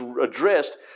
addressed